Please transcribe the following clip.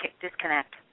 disconnect